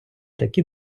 такі